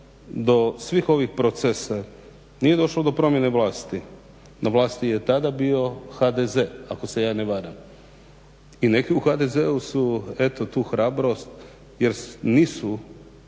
do svih ovih procesa nije došlo do promjene vlasti. Na vlasti je tada bio HDZ, ako se ja ne varam. I neki u HDZ-u su eto tu hrabrost jer nisu